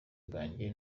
bwanjye